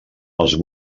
els